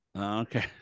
Okay